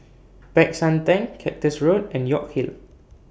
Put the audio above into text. Peck San Theng Cactus Road and York Hill